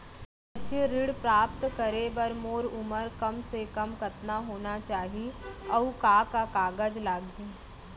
शैक्षिक ऋण प्राप्त करे बर मोर उमर कम से कम कतका होना चाहि, अऊ का का कागज लागही?